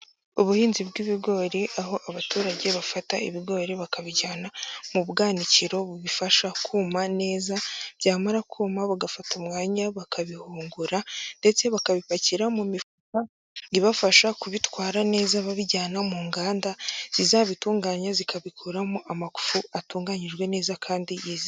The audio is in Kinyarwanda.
Ubuhinzi bw'ibigori aho abaturage bafata ibigori bakabijyana mu bwanwanaki bubifasha kuma neza, byamara kuma bagafata umwanya bakabihungura ndetse bakabipakira mu mifuka ibafasha kubitwara neza babijyana mu nganda zizabitunganya, zikabikuramo amafu atunganyijwe neza kandi yiziwe.